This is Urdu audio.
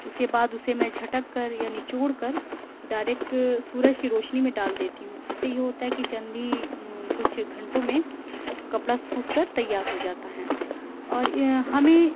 اس کے بعد اسے میں جھٹک کر یا نچوڑ کر ڈائرکٹ سورج کی روشنی میں ڈال دیتی ہوں اس سے یہ ہوتا ہے کہ چند ہی کچھ گھنٹوں میں کپڑا سوکھ کر تیار ہو جاتا ہے اور ہمیں